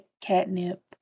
catnip